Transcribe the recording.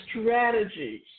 strategies